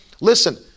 listen